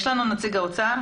נמצא כאן נציג האוצר?